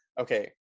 okay